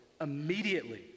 immediately